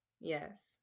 yes